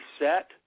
set